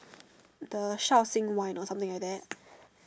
the Shaoxing wine or something like that